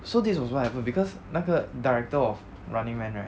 so this was what happened because 那个 director of running man right